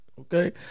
Okay